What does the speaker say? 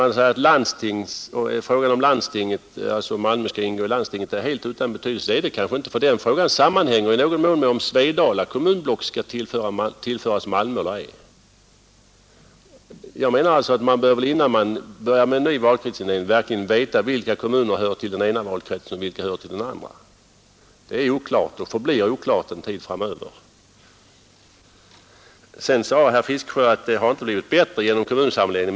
Man har sagt att frågan, om Malmö skall ingå i landstinget, är helt utan betydelse. Det är den kanske inte, eftersom den frågan i någon mån sammanhänger med om Svedala kommunblock skall tillföras Malmö eller ej. Innan man börjar med en ny valkretsindelning bör man veta vilka kommuner som tillhör den ena och vilka som tillhör den andra valkretsen. Det är oklart och förblir oklart en tid framöver. Herr Fiskesjö menade att det inte har blivit bättre genom kommunsammanläggningen.